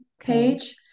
page